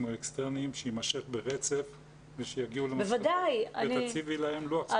או אקסטרניים שיימשך ברצף ושיגיעו למסקנות ותציבי להם לוח זמנים.